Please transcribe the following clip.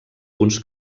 punts